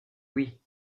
oui